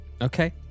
Okay